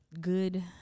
good